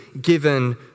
given